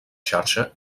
xarxa